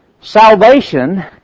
Salvation